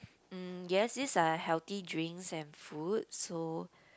mm yes these are healthy drinks and food so